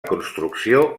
construcció